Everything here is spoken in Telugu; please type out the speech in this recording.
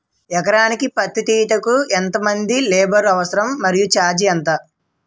ఎకరానికి పత్తి తీయుటకు ఎంత మంది లేబర్ అవసరం? మరియు ఛార్జ్ ఎంత?